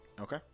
Okay